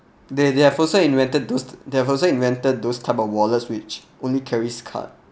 they they have also invented those they have also invented those type of wallets which only carries card